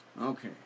okay